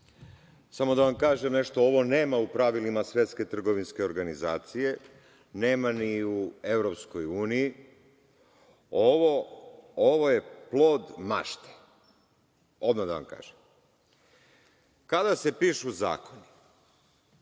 Samo da vam kažem nešto ovo nema u pravilima Svetske trgovinske organizacije, nema ni u EU. Ovo je plod mašte. Odmah d vam kažem. Kada se pišu zakoni,